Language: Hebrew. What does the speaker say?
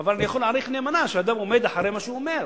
אבל אני יכול להעריך נאמנה שאדם עומד מאחורי מה שהוא אומר.